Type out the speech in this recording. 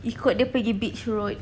ikut dia pergi beach road